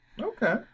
Okay